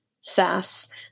Sass